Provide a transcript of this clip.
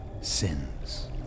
sins